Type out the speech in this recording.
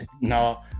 no